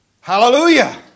Hallelujah